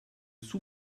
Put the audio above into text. sous